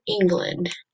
England